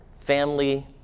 family